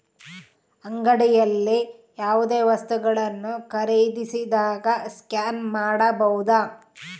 ಅಂಗಡಿಯಲ್ಲಿ ಯಾವುದೇ ವಸ್ತುಗಳನ್ನು ಖರೇದಿಸಿದಾಗ ಸ್ಕ್ಯಾನ್ ಮಾಡಬಹುದಾ?